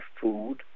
food